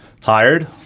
tired